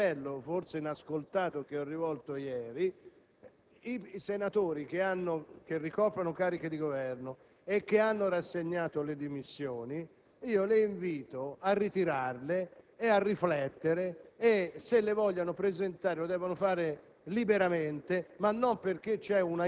rivolgo lo stesso appello - forse inascoltato - che ho rivolto ieri: invito i senatori che ricoprono cariche di Governo e che hanno rassegnato le dimissioni a ritirarle e a riflettere. Se vogliono presentarle, lo devono fare